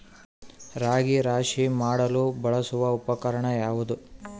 ರಾಗಿ ರಾಶಿ ಮಾಡಲು ಬಳಸುವ ಉಪಕರಣ ಯಾವುದು?